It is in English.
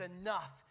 enough